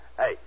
Hey